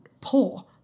poor